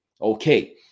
Okay